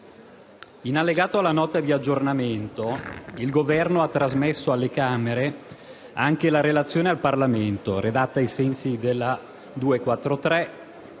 In allegato alla Nota di aggiornamento, il Governo ha trasmesso alle Camere anche la relazione al Parlamento, redatta ai sensi della